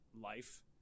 life